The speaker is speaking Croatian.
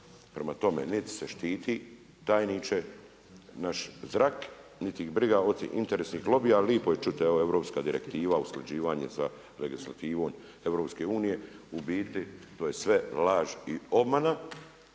prema tome nit se štiti, tajniče, naš zrak niti ih briga od tih interesnih lobija, ali lijepo je čuti, evo europska direktiva, usklađivanje sa legislativom EU-a, u biti to je sve laž i obmana,